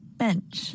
bench